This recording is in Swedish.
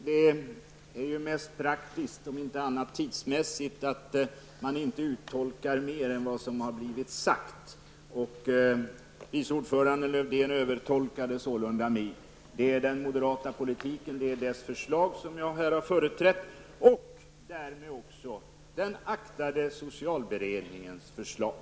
Herr talman! Det är mest praktiskt -- om inte annat så tidsmässigt -- att man inte uttolkar mer än vad som har blivit sagt. Vice ordförande Lövdén övertolkade sålunda mig. Det är den moderata politiken och dess förslag jag här har företrätt och därmed också den aktade socialberedningens förslag.